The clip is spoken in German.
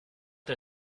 der